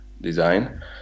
design